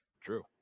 True